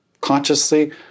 consciously